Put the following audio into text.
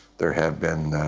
there have been